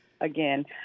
again